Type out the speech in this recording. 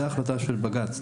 זה ההחלטה של בג"ץ,